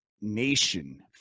Nation